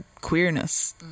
queerness